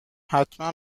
حتما